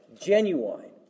genuine